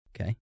Okay